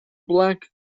black